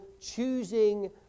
choosing